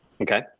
Okay